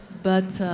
but